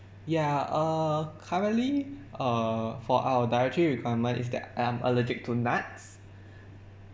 yeah uh currently uh for our dietary requirement is that I'm allergic to nuts